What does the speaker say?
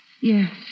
Yes